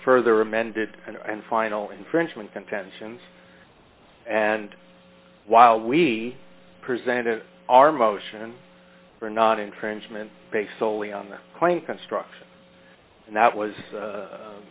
further amended and final infringement contentions and while we presented our motion for not infringement based soley on the claim construction and that was